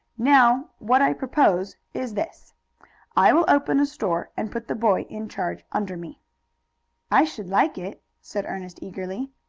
now, what i propose is this i will open a store, and put the boy in charge under me i should like it, said ernest eagerly.